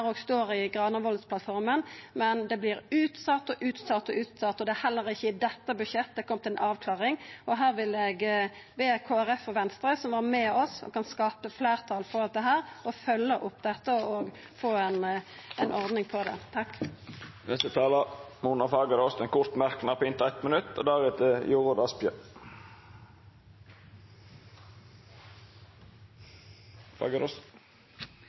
står i Granavolden-plattforma. Men det vert usett, og utsett og utsett, og det er heller ikkje i dette budsjettet kome ei avklaring. Her vil eg be Kristeleg Folkeparti og Venstre, som var med oss, og som kan skapa fleirtal for dette, å følgja det opp og få ei ordning på det. Representanten Mona Fagerås har hatt ordet to gonger tidlegare og får ordet til ein kort merknad, avgrensa til 1 minutt.